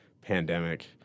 pandemic